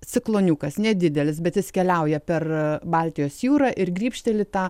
cikloniukas nedidelis bet jis keliauja per baltijos jūrą ir grybšteli tą